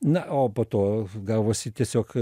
na o po to gavosi tiesiog